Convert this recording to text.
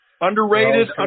Underrated